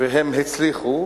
והם הצליחו